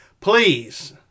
please